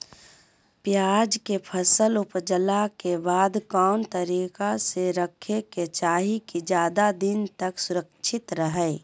प्याज के फसल ऊपजला के बाद कौन तरीका से रखे के चाही की ज्यादा दिन तक सुरक्षित रहय?